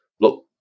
look